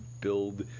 build